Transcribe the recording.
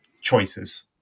choices